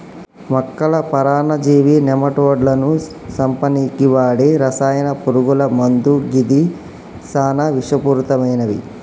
మొక్కల పరాన్నజీవి నెమటోడ్లను సంపనీకి వాడే రసాయన పురుగుల మందు గిది సానా విషపూరితమైనవి